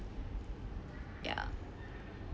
ya